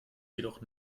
jedoch